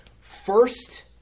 First